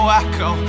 echo